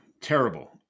terrible